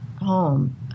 home